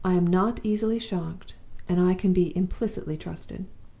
i am not easily shocked and i can be implicitly trusted